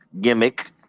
gimmick